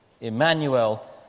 Emmanuel